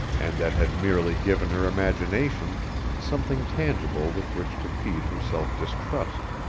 and that had merely given her imagination something tangible with which to feed her self-distrust.